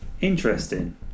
Interesting